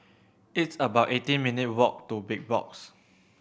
it's about eighteen minute' walk to Big Box